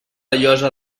llosa